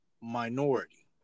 minority